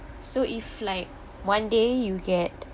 so if like one day you get